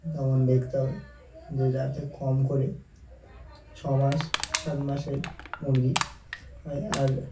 যেমন দেখতে হবে যে যাতে কম করে ছ মাস সাত মাসের মুরগি হয় আর